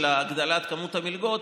הגדלת כמות המלגות,